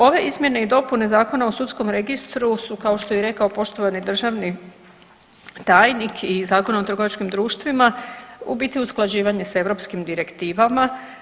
Ove izmjene i dopune Zakona o sudskom registru su kao što je i rekao poštovani državni tajnik i Zakon o trgovačkim društvima u biti usklađivanje s europskim direktivama.